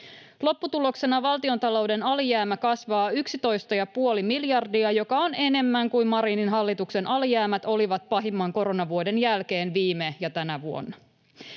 Lopputuloksena valtiontalouden alijäämä kasvaa 11,5 miljardia, joka on enemmän kuin Marinin hallituksen alijäämät olivat pahimman koronavuoden jälkeen viime ja tänä vuonna.